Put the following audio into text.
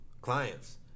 clients